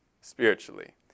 spiritually